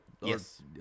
Yes